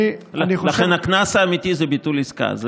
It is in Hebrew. אני חושב, לכן הקנס האמיתי זה ביטול עסקה.